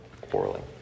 quarreling